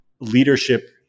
leadership